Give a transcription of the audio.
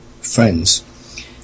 friends